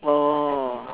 oh